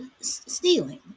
stealing